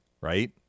right